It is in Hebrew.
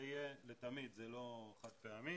זה יהיה לתמיד, זה לא חד פעמי.